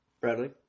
Bradley